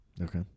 okay